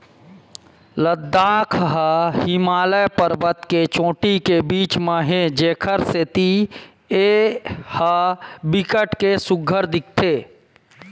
लद्दाख ह हिमालय परबत के चोटी के बीच म हे जेखर सेती ए ह बिकट के सुग्घर दिखथे